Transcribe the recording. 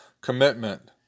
Commitment